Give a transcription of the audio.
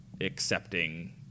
accepting